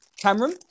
Cameron